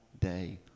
day